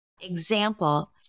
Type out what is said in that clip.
example